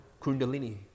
Kundalini